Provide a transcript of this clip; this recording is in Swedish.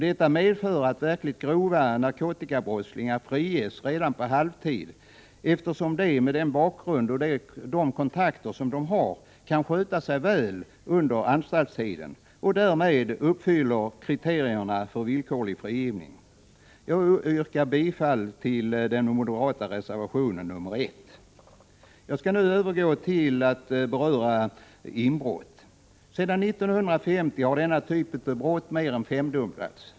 Detta medför att verkligt grova narkotikabrottslingar friges redan vid halvtid, eftersom de — med den bakgrund och de kontakter som de har — kan sköta sig väl under anstaltstiden och därmed uppfyller kriterierna för villkorlig frigivning. Jag yrkar bifall till den moderata reservationen nr 1. Jag skall nu övergå till att beröra inbrott. Sedan 1950 har denna typ av brott mer än femdubblats.